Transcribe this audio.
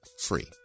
free